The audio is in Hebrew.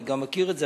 גם אני מכיר את זה,